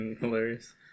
hilarious